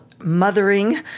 mothering